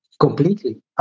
Completely